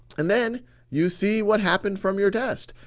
and then you see what happened from your test.